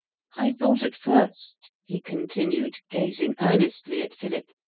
i thought at first, he continued, gazing earnestly at philip,